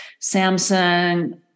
Samsung